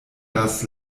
das